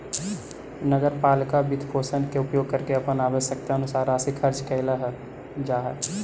नगर पालिका वित्तपोषण के उपयोग करके अपन आवश्यकतानुसार राशि खर्च कैल जा हई